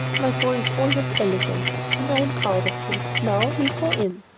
my boy is always elegant, and i'm proud of him. now we'll go in.